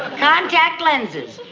contact lenses,